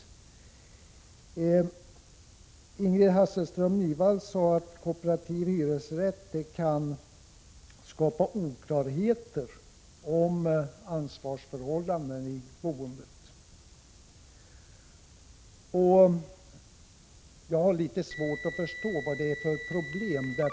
Ingrid Hasselström Nyvall sade att kooperativ hyresrätt kan skapa oklarheter om ansvarsförhållanden i boendet. Jag har litet svårt att förstå vilka problem det skulle innebära.